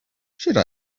should